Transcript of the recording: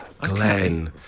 glenn